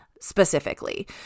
specifically